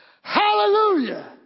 Hallelujah